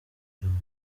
byombi